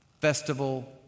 festival